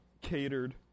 catered